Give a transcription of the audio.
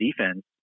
defense